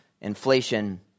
inflation